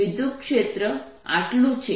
વિદ્યુતક્ષેત્ર આટલું છે